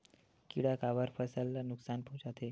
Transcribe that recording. किड़ा काबर फसल ल नुकसान पहुचाथे?